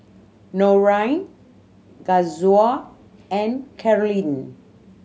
Norine Kazuo and Carolynn